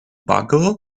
bugle